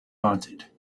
haunted